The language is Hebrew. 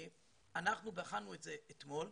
אנחנו בחנו את זה אתמול.